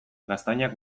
gaztainak